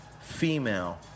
female